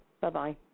Bye-bye